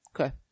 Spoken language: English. Okay